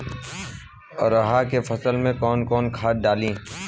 अरहा के फसल में कौन कौनसा खाद डाली?